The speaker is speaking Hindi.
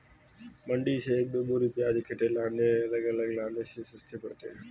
मंडी से एक दो बोरी प्याज इकट्ठे लाने अलग अलग लाने से सस्ते पड़ते हैं